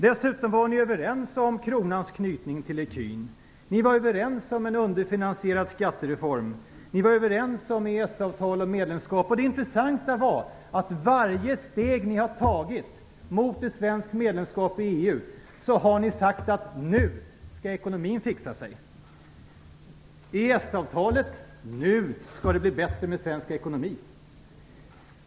Dessutom var ni överens om kronans knytning till ecun. Ni var överens om en underfinansierad skattereform. Ni var överens om EES-avtal och medlemskap. Det intressanta är att vid varje steg som ni har tagit mot ett svenskt medlemskap i EU har ni sagt att nu skall ekonomin fixa sig och med ett EES avtal skall det bli bättre ekonomi.